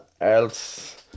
else